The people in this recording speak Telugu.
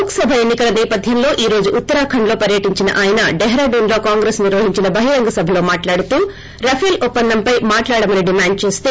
లోక్సభ ఎన్నికల సేపథ్యంలో ఈ రోజు ఉత్తరాఖండ్లో పర్యటించిన ఆయన డెహ్రాడూన్లో కాంగ్రెస్ నిర్వహించిన బహిరంగ సభలో మాట్లాడుతూ రఫల్ ఒప్పందంపై మాట్లాడమని డిమాండ్ చేస్త